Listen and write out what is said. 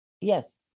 Yes